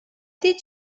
did